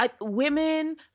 women